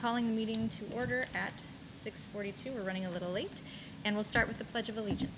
calling meeting to order at six forty two we're running a little late and we'll start with the pledge of allegiance